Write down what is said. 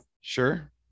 Sure